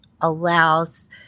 allows